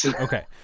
Okay